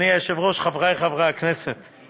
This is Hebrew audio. (חישוב תקופת אכשרה), התשע"ז 2017,